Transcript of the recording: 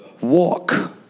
Walk